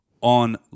on